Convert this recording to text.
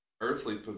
earthly